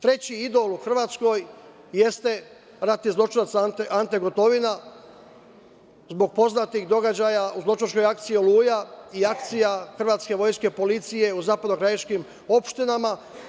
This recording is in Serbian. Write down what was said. Treći idol u Hrvatskoj jeste ratni zločinac Ante Gotovina, zbog poznatih događaja u zločinačkoj akciji „Oluja“ i akcija hrvatske vojske i policije u zapadno-krajiškim opštinama.